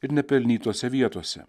ir nepelnytose vietose